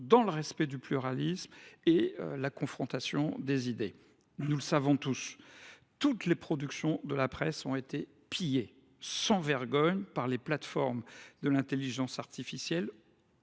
dans le respect du pluralisme et la confrontation des idées. Nous le savons tous, l’intégralité des productions de la presse a été pillée sans vergogne par les plateformes de l’intelligence artificielle,